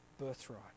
birthright